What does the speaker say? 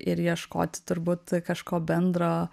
ir ieškoti turbūt kažko bendro